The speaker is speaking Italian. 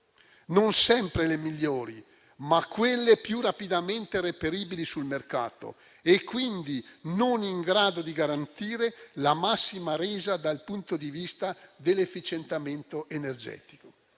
non sempre le migliori, ma quelle più rapidamente reperibili sul mercato e quindi non in grado di garantire la massima resa dal punto di vista dell'efficientamento energetico.